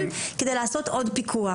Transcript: אני אשמח מאוד להדק את הפיקוח.